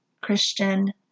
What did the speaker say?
Christian